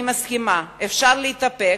אני מסכימה, אפשר להתאפק,